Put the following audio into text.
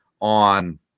on